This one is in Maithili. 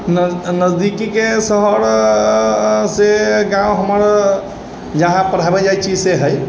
नजदीकीके शहर से गाँव हमर जहाँ पर हवै जाइ छी से है